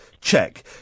Check